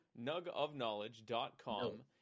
nugofknowledge.com